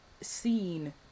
scene